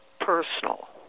personal